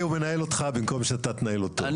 הוא מנהל אותך במקום שאתה תנהל אותו.